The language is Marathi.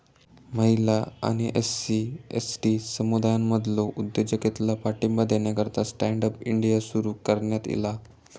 महिला आणि एस.सी, एस.टी समुदायांमधलो उद्योजकतेला पाठिंबा देण्याकरता स्टँड अप इंडिया सुरू करण्यात ईला